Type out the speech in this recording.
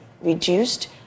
reduced